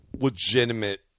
legitimate